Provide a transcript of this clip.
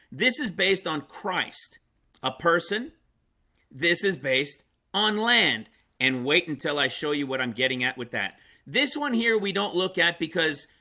this is based on christ a person this is based on land and wait until i show you what i'm getting at with that this one here we don't look at because